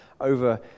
over